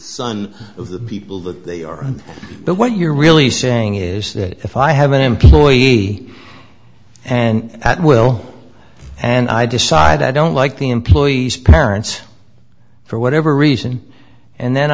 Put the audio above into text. son of the people that they are but what you're really saying is that if i have an employee and at will and i decide i don't like the employee's parents for whatever reason and then